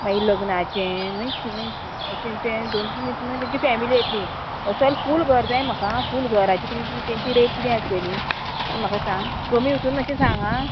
मागीर लग्नाचें means means अशें तें दोन तीन दीस मागीर तेंची फॅमिली येतली असो फूल घर जाय म्हाका फूल घराची तुमची तेंची रेट किदें आसतली तें म्हाका सांग कमी हितून मातशें सांग आं